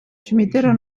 cimitero